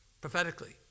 prophetically